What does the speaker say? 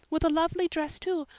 with a lovely dress too,